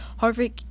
Harvick